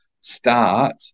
start